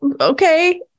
okay